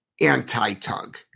anti-tug